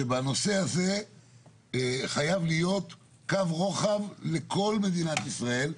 שבנושא הזה חייב להיות קו רוחב לכל מדינת ישראל.